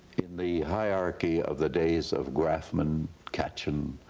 in the hierarchy of the days of graffman, catcham,